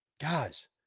guys